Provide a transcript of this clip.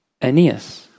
Aeneas